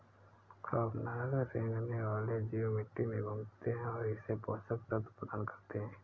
खौफनाक रेंगने वाले जीव मिट्टी में घूमते है और इसे पोषक तत्व प्रदान करते है